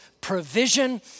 provision